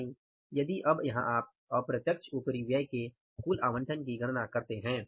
यानि यदि अब यहां आप अप्रत्यक्ष उपरिव्याय के कुल आवंटन की गणना करते हैं